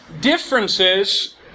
differences